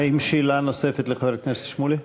האם יש שאלה נוספת לחבר הכנסת שמולי?